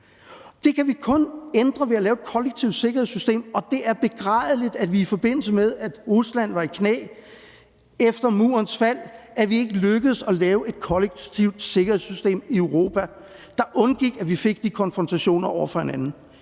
det kan vi kun ændre ved at lave et kollektivt sikkerhedssystem. Og det er begrædeligt, at vi i forbindelse med, at Rusland var i knæ efter Murens fald, ikke lykkedes at lave et kollektivt sikkerhedssystem i Europa, der undgik, at vi fik de konfrontationer over for hinanden.